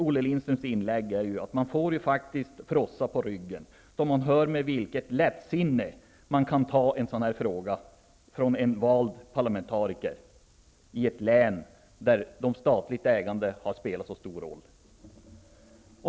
Olle Lindströms inlägg ger mig frossa på ryggen, när jag hör med vilket lättsinne en sådan här fråga kan tas av en vald parlamentariker från ett län där statligt ägande har spelat så stor roll.